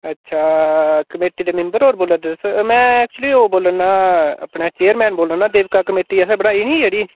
अच्छा कमेटी दे मैम्बर होर बोल दे तुस मैं ऐक्चुल्ली ओह् बोल्ला न अपने चेयरमैन बोल्ला न ते देवका कमेटी असें बनाई ही नी जेह्ड़ी